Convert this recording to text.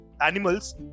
animals